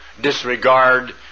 disregard